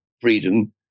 freedom